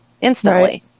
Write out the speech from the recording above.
instantly